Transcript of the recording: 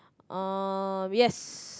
um yes